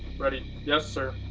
ready. yes, sir.